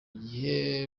gihe